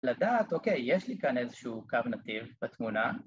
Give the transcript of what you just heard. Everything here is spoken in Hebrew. לדעת - אוקיי, יש לי כאן איזשהו קו נתיב בתמונה